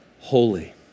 Holy